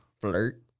flirt